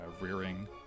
rearing